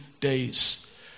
days